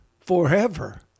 forever